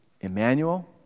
Emmanuel